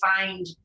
find